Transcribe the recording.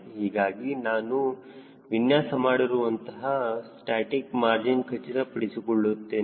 ಹೀಗಾಗಿ ನಾನು ವಿನ್ಯಾಸ ಮಾಡುತ್ತಿರುವಂತಹ ಸ್ಟಾಸ್ಟಿಕ್ ಮಾರ್ಜಿನ್ ಖಚಿತಪಡಿಸಿಕೊಳ್ಳುತ್ತೇನೆ